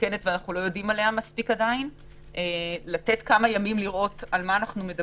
מסוכנת ואנחנו עדיין לא יודעים עליה מספק וגם לא יודעים אם היא